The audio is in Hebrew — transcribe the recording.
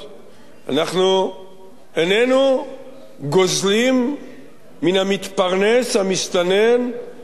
אנחנו איננו גוזלים מן המתפרנס המסתנן את שכרו.